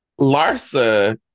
Larsa